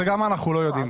זה גם אנחנו לא יודעים.